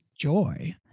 joy